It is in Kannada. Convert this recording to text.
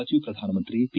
ಮಾಜಿ ಪ್ರಧಾನಮಂತ್ರಿ ಪಿ